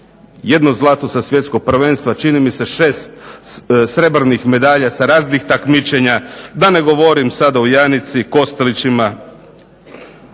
Jedno zlato sa svjetskog prvenstva, čini mi se 6 srebrnih medalja sa raznih takmičenja, da ne govorim sada o Janici, Kostelićima,